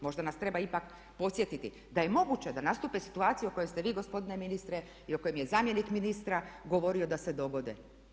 Možda nas treba ipak podsjetiti da je moguće da nastupe situacije o kojima ste vi gospodine ministre i o kojima je zamjenik ministra govorio da se dogode.